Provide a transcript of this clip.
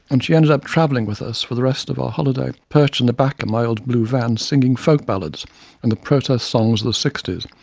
and she ended up travelling with us for the rest of our holiday, perched in the back my old blue van, singing folk ballads and the protest songs of the sixty s,